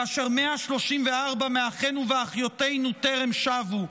כאשר 134 מאחינו ומאחיותינו טרם שבו,